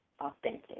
authentic